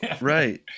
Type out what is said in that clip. Right